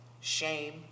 shame